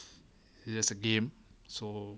it just a game so